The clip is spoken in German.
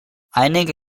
einige